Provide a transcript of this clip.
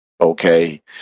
okay